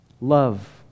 Love